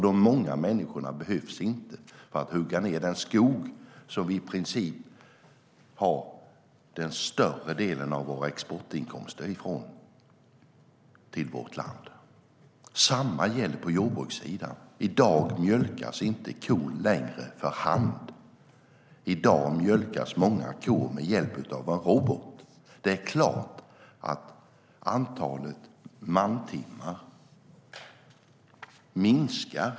De många människorna behövs inte för att hugga ned den skog som vårt land i princip får större delen av våra exportinkomster från. Detsamma gäller på jordbrukssidan. I dag mjölkas inte kon längre för hand. I dag mjölkas många kor med hjälp av en robot. Det är klart att antalet mantimmar då minskar.